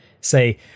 say